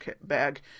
bag